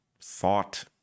thought